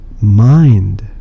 mind